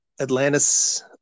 Atlantis